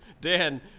Dan